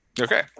Okay